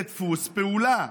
זה דפוס פעולה.